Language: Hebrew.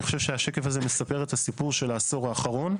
אני חושב שהשקף הזה מספר את הסיפור של העשור האחרון.